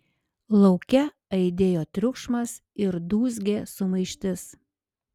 lauke aidėjo triukšmas ir dūzgė sumaištis